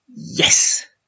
Yes